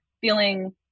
feeling